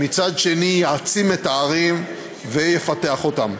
ומצד שני יעצים את הערים ויפתח אותן.